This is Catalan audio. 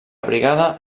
brigada